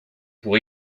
pour